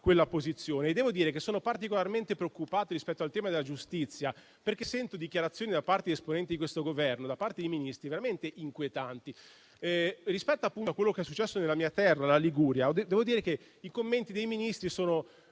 quella posizione. Devo ammettere che sono particolarmente preoccupato rispetto al tema della giustizia, perché sento dichiarazioni, da parte di esponenti di questo Governo e da parte dei Ministri, veramente inquietanti. Rispetto, appunto, a quello che è successo nella mia terra, la Liguria, i commenti dei Ministri sono